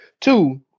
Two